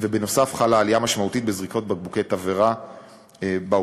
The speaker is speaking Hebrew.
ובנוסף חלה עלייה משמעותית בזריקות בקבוקי תבערה בעוקף.